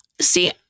See